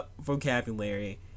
vocabulary